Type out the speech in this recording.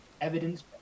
evidence